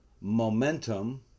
momentum